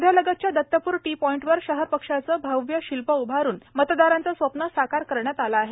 वध्यालगतच्या Dattapur T पॉईंटवर शहरपक्षाचे भव्य शिल्प उभारुन मतदारांचे स्वप्न साकार केले आहे